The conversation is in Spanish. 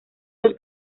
dos